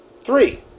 Three